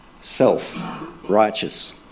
self-righteous